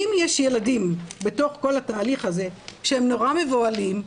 אם יש ילדים בתוך כל התהליך הזה שהם נורא מבוהלים,